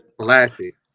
classic